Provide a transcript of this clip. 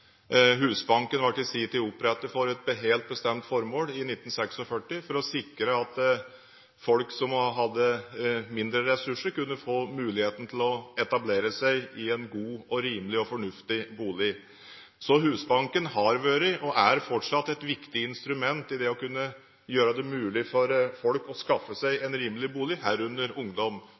Husbanken ble i sin tid opprettet for et helt bestemt formål, i 1946, for å sikre at folk som hadde mindre ressurser, kunne få muligheten til å etablere seg i en god, rimelig og fornuftig bolig. Husbanken har vært, og er fortsatt, et viktig instrument i det å kunne gjøre det mulig for folk, herunder ungdom, å skaffe seg en rimelig bolig.